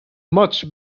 much